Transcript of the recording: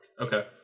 Okay